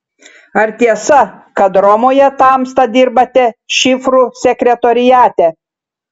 ar tiesa kad romoje tamsta dirbate šifrų sekretoriate